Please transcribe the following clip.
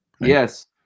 yes